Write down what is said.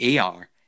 AR